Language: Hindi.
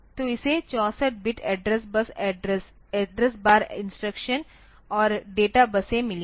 तो इसे 64 बिट एड्रेस बार इंस्ट्रक्शन और डेटा बसें मिली हैं